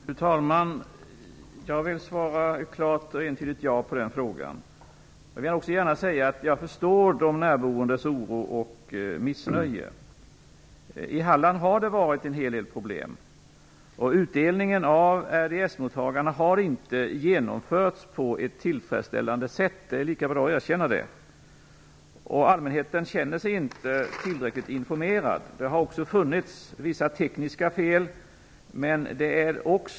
Fru talman! Jag vill svara klart och entydigt ja på den frågan. Jag vill också gärna säga att jag förstår de närboendes oro och missnöje. I Halland har det funnits en hel del problem. Utdelningen av RDS mottagarna har inte genomförts på ett tillfredsställande sätt. Det är lika bra att erkänna det. Allmänheten känner sig inte tillräckligt informerad. Det har också funnits vissa tekniska fel.